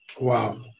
Wow